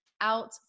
out